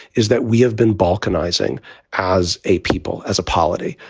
is that we have been balkanizing as a people, as a polity.